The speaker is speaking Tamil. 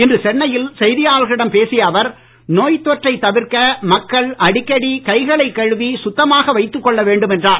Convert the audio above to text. இன்று சென்னையில் செய்தியாளர்களிடம் பேசிய அவர் நோய் தொற்றை தவிர்க்க மக்கள் அடிக்கடி கைகளைக் கழுவி சுத்தமாக வைத்துக் கொள்ள வேண்டும் என்றார்